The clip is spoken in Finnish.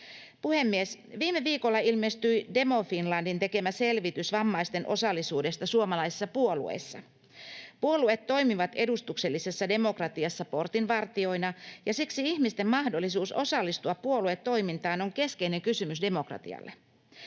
Puhemies! Viime viikolla ilmestyi Demo Finlandin tekemä selvitys vammaisten osallisuudesta suomalaisissa puolueissa. Puolueet toimivat edustuksellisessa demokratiassa portinvartijoina, ja siksi ihmisten mahdollisuus osallistua puoluetoimintaan on keskeinen kysymys demokratialle.